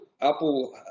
Apple